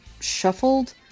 shuffled